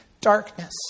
darkness